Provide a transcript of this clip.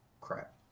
crap